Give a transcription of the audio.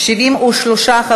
בעד, 73,